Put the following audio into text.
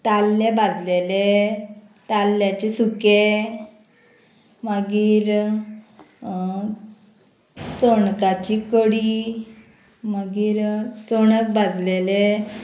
ताल्ले भाजलेले ताल्ल्यांचें सुकें मागीर चणकाची कडी मागीर चणक भाजलेलें